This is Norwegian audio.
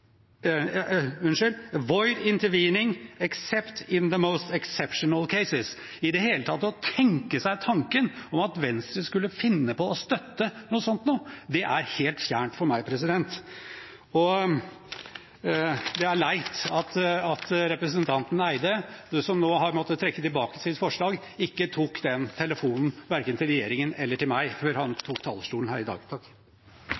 most exceptional circumstances.» I det hele tatt å tenke den tanken at Venstre skulle finne på å støtte noe sånt, er helt fjernt for meg. Og det er leit at representanten Eide, som nå har måttet trekke tilbake sitt forslag, ikke tok den telefonen verken til regjeringen eller til meg før han